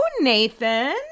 Nathan